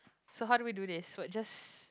so how do we do this what just